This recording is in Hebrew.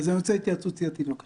אז אני רוצה התייעצות סיעתית, בבקשה.